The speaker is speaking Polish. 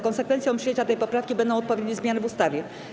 Konsekwencją przyjęcia tej poprawki będą odpowiednie zmiany w ustawie.